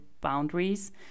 boundaries